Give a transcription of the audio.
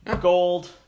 gold